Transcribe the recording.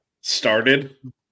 started